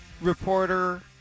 reporter